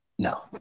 No